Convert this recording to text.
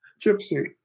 Gypsy